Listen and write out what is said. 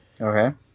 Okay